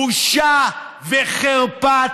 בושה וחרפה.